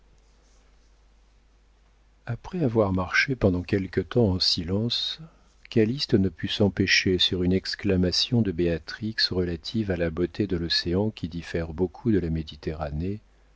après avoir marché pendant quelque temps en silence calyste ne put s'empêcher sur une exclamation de béatrix relative à la beauté de l'océan qui diffère beaucoup de la méditerranée